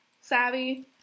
savvy